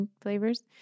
flavors